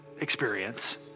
experience